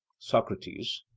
socrates